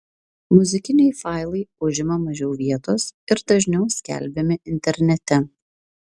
muzikiniai failai užima mažiau vietos ir dažniau skelbiami internete